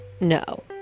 no